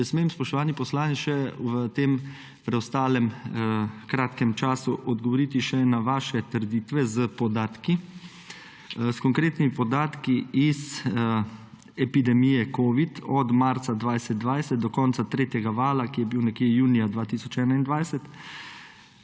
Če smem, spoštovani poslanec, še v tem preostalem kratkem času odgovoriti še na vaše trditve s konkretnimi podatki iz epidemije covid od marca 2020 do konca tretjega vala, ki je bil nekje junija 2021.